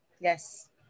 yes